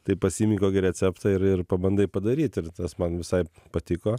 tai pasiimi kokį receptą ir ir pabandai padaryt ir tas man visai patiko